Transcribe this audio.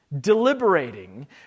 deliberating